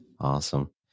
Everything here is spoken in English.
Awesome